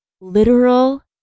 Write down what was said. literal